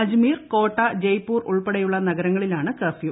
അജ്മീർ കോട്ട ജയ്പൂർ ഉൾപ്പെടെയുള്ള നഗരങ്ങളിലാണ് കർഫ്യു